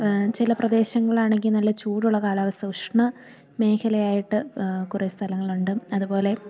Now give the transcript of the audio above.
ചില പ്രദേശങ്ങളാണെങ്കില് നല്ല ചൂടുള്ള കാലാവസ്ഥ ഉഷ്ണ മേഖലയായിട്ട് കുറേ സ്ഥലങ്ങളുണ്ട് അതുപോലെ